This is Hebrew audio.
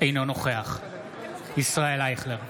אינו נוכח ישראל אייכלר,